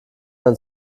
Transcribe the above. ein